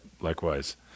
likewise